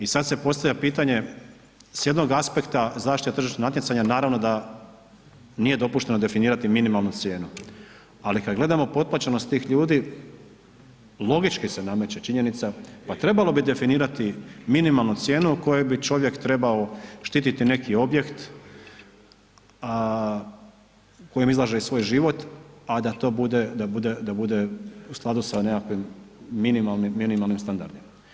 I sad se postavlja pitanje s jednog aspekta zašto je tržišno natjecanje, naravno da nije dopušteno definirati minimalnu cijenu, ali kad gledamo potplaćenost tih ljudi, logički se nameće činjenica pa trebalo bi definirati minimalnu cijenu koju bi čovjek trebao štititi neki objekt u kojem izlaže i svoj život a da to bude u skladu sa nekakvim minimalnim standardima.